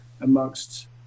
amongst